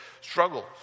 struggles